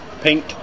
pink